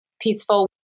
peaceful